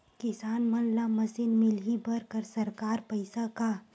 किसान मन ला मशीन मिलही बर सरकार पईसा का?